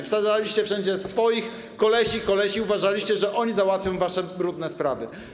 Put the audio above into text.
Wsadzaliście wszędzie swoich kolesi, uważaliście, że oni załatwią wasze brudne sprawy.